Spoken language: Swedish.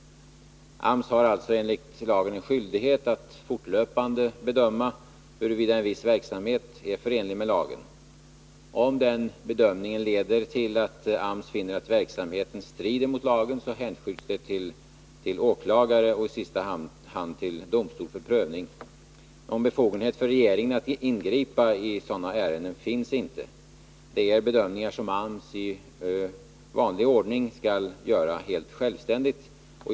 AMS har alltså skyldighet att fortlöpande bedöma huruvida en viss verksamhet är förenlig med lagen. Om den bedömningen leder till att AMS finner att verksamheten strider mot lagen, hänskjuts ärendet till åklagare och i sista hand till domstol för prövning. Någon befogenhet för regeringen att ingripa i sådana ärenden finns inte. Det är fråga om bedömningar som AMS i vanlig ordning skall göra helt självständigt.